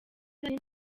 nari